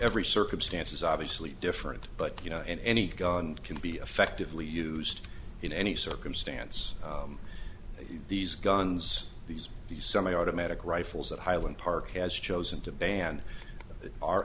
every circumstance is obviously different but you know in any gun can be affectively used in any circumstance these guns these these some automatic rifles that highland park has chosen to ban